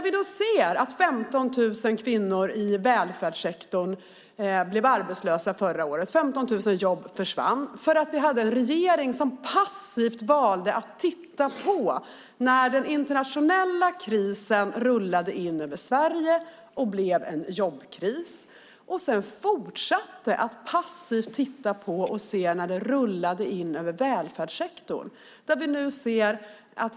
Vi kan se att 15 000 kvinnor i välfärdssektorn förra året blev arbetslösa, 15 000 jobb försvann, för att vi hade en regering som valde att passivt se på när den internationella krisen rullade in över Sverige och blev en jobbkris. Och sedan fortsatte regeringen att passivt se på när krisen rullade in över välfärdssektorn.